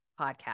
podcast